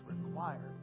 required